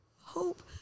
Hope